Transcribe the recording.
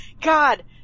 God